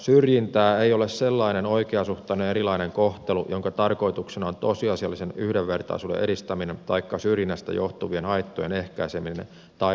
syrjintää ei ole sellainen oikeasuhtainen erilainen kohtelu jonka tarkoituksena on tosiasiallisen yhdenvertaisuuden edistäminen taikka syrjinnästä johtuvien haittojen ehkäiseminen tai poistaminen